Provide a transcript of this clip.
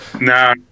no